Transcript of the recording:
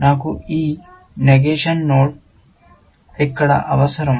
నాకు ఈ negation node ఇక్కడ అవసరం